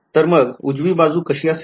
तर मग उजवी बाजू कशी असेल